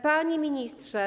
Panie Ministrze!